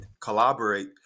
collaborate